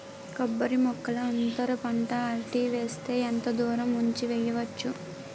కొబ్బరి మొక్కల్లో అంతర పంట అరటి వేస్తే ఎంత దూరం ఉంచి వెయ్యొచ్చు?